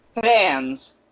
fans